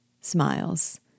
Smiles